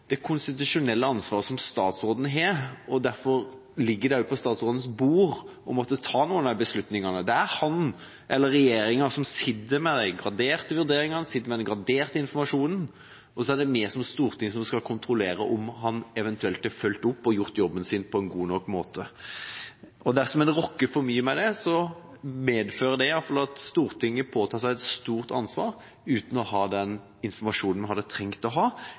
statsrådens bord å måtte ta disse beslutningene. Det er statsråden og regjeringa som sitter med de graderte vurderingene og den graderte informasjonen, og det er Stortinget som skal kontrollere om han eventuelt har fulgt opp og gjort jobben sin på en god nok måte. Dersom en rokker for mye ved det, medfører det at Stortinget påtar seg et stort ansvar i de beslutningene, uten å ha den informasjonen vi hadde trengt å ha.